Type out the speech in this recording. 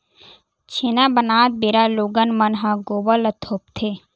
छेना बनात बेरा लोगन मन ह गोबर ल थोपथे